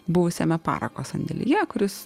buvusiame parako sandėlyje kuris